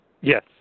Yes